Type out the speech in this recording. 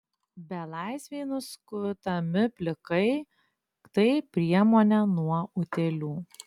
belaisviai nuskutami plikai tai priemonė nuo utėlių